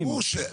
ברור.